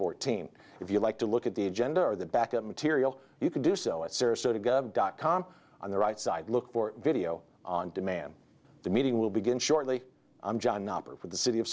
fourteen if you like to look at the gender or the back of material you can do so at sarasota gov dot com on the right side look for video on demand the meeting will begin shortly i'm john with the city of